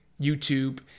YouTube